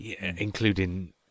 Including